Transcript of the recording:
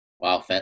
Wow